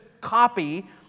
copy